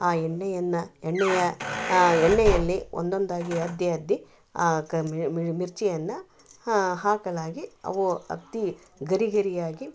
ಆ ಎಣ್ಣೆಯನ್ನ ಎಣ್ಣೆಯ ಆ ಎಣ್ಣೆಯಲ್ಲಿ ಒಂದೊಂದಾಗಿ ಅದ್ದಿ ಅದ್ದಿ ಆ ಕ ಮಿರ್ಚಿಯನ್ನ ಹಾಕಲಾಗಿ ಅವು ಅತೀ ಗರಿ ಗರಿಯಾಗಿ